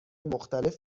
مختلف